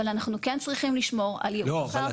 אבל אנחנו כן צריכים לשמור על ייעוד הקרקע.